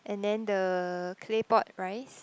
and then the clay pot rice